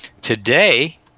Today